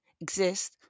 exist